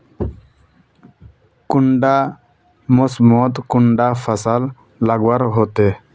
कुंडा मोसमोत कुंडा फसल लगवार होते?